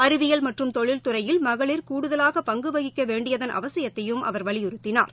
அறிவியல் மற்றும் தொழில்துறையில் மகளிர் கூடுதவாகபங்குவகிக்கவேண்டியதன் அவசியத்தையும் அவர் வலியுறுத்தினார்